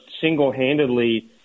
single-handedly